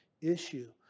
issue